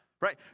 right